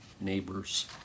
neighbors